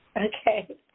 Okay